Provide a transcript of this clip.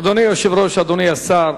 אדוני היושב-ראש, אדוני השר,